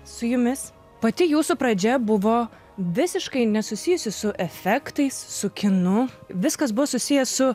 su jumis pati jūsų pradžia buvo visiškai nesusijusi su efektais su kinu viskas buvo susiję su